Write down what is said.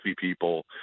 people